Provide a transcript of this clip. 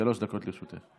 שלוש דקות לרשותך.